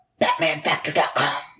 BatmanFactor.com